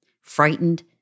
Frightened